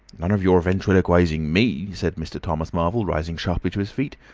none of your ventriloquising me, said mr. thomas marvel, rising sharply to his feet.